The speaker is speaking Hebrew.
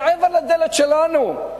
מעבר לדלת שלנו.